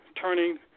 turning